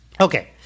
okay